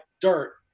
dirt